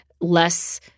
less